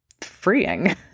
freeing